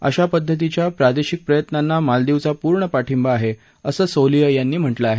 अशा पद्धतीच्या प्रादेशिक प्रयत्नांना मालदीवचा पूर्ण पाठिंबा आहे असं सोलीह यांनी म्हा लिं आहे